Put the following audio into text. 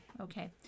Okay